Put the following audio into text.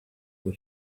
but